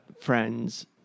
friends